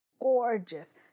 gorgeous